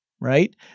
right